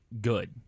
good